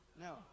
No